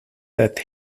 that